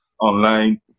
online